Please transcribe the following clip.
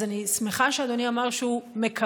אז אני שמחה שאדוני אמר שהוא מקווה,